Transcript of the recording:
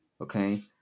okay